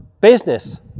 business